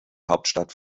hauptstadt